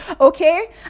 Okay